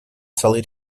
целый